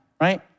right